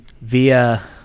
via